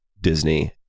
Disney